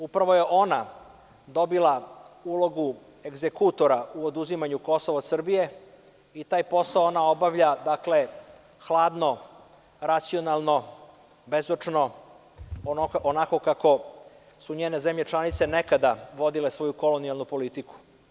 Upravo je ona dobila ulogu egzekutora u oduzimanju Kosova od Srbije i taj posao ona obavlja hladno, racionalno, bezočno, onako kako su njene zemlje članice nekada vodile svoju kolonijalnu politiku.